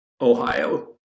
Ohio